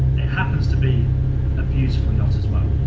it happens to be a beautiful yacht as well.